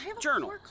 journal